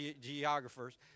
geographers